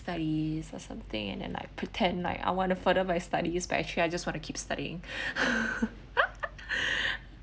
studies or something and then like pretend like I want to further my studies but actually I just want to keep studying